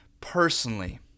personally